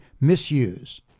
misuse